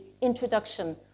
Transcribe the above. introduction